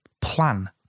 plan